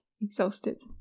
exhausted